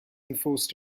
enforced